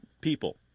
people